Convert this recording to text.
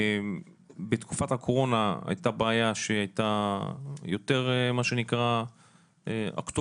בתקופת הקורונה הייתה בעיה שהייתה יותר מה שנקרא אקטואלית,